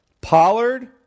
Pollard